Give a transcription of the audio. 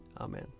Amen